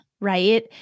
right